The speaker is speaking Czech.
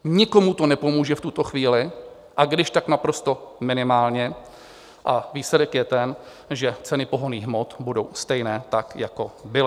Nikomu to nepomůže v tuto chvíli, a když, tak naprosto minimálně, a výsledek je ten, že ceny pohonných hmot budou stejné, tak jako byly.